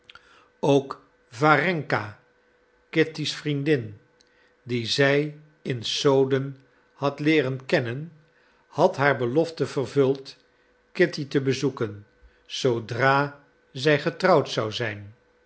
ook warenka kitty's vriendin die zij in soden had leeren kennen had haar belofte vervuld kitty te bezoeken zoodra zij getrouwd zou zijn